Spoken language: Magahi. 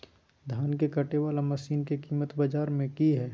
धान के कटे बाला मसीन के कीमत बाजार में की हाय?